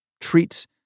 treats